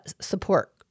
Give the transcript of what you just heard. support